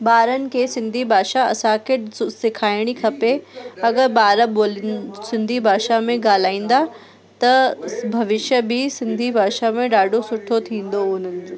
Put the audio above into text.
ॿारनि खे सिंधी भाषा असांखे सिखाइणी खपे अगरि ॿार ॿोलीनि सिंधी भाषा में ॻाल्हाईंदा त भविष्य बि सिंधी भाषा में ॾाढो सुठो थींदो हुजे